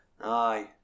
aye